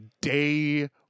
day